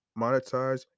monetize